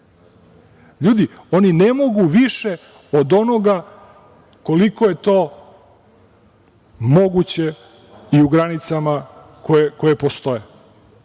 oni ne mogu više od onoga koliko je to moguće i u granicama koje postoje.